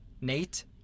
Nate